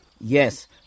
Yes